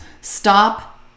Stop